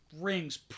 rings